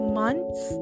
months